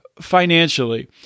financially